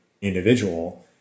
individual